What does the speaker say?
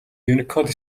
юникод